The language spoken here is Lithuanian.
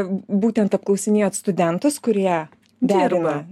būtent apklausinėjot studentus kurie derina